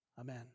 Amen